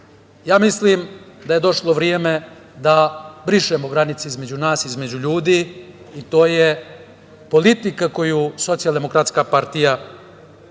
Mislim da je došlo vreme da brišemo granice između nas, između ljudi. To je politika koju Socijaldemokratska partija